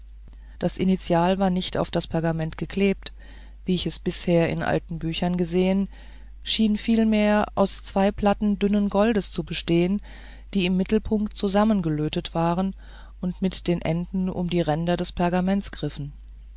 das initial war nicht auf das pergament geklebt wie ich es bisher in alten büchern gesehen schien vielmehr aus zwei platten dünnen goldes zu bestehen die im mittelpunkte zusammengelötet waren und mit den enden um die ränder des pergaments griffen